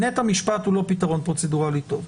בית המשפט הוא לא פתרון פרוצדורלי טוב.